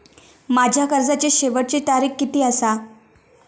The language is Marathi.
माझ्या कर्जाची शेवटची तारीख किती आसा?